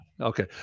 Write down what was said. okay